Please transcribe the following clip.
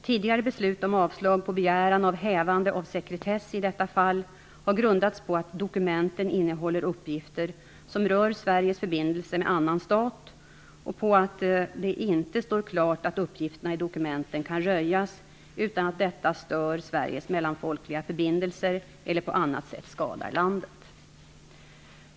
Tidigare beslut om avslag på begäran av hävande av sekretess i detta fall har grundats på att dokumenten innehåller uppgifter som rör Sveriges förbindelser med annan stat, och på att det inte står klart att uppgifterna i dokumenten kan röjas utan att detta stör Sveriges mellanfolkliga förbindelser eller på annat sätt skadar landet.